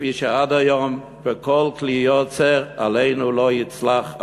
כפי שעד היום, וכל כלי יוצר עלינו לא יצלח.